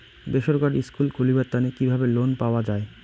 বেসরকারি স্কুল খুলিবার তানে কিভাবে লোন পাওয়া যায়?